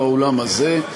באולם הזה.